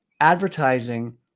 advertising